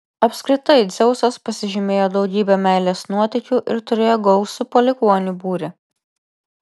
apskritai dzeusas pasižymėjo daugybe meilės nuotykių ir turėjo gausų palikuonių būrį